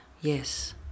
Yes